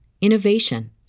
innovation